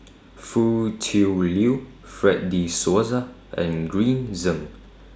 Foo Tui Liew Fred De Souza and Green Zeng